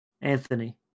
Anthony